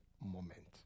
moment